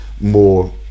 more